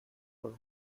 were